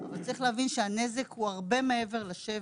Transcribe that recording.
צריך להבין שהנזק הוא הרבה מעבר לשבר.